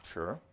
Sure